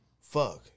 fuck